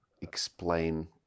explain